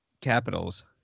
Capitals